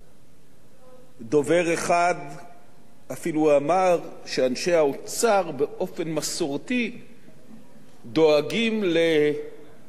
דובר אחד אפילו אמר שאנשי האוצר באופן מסורתי דואגים לבעלי ההון,